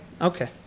Okay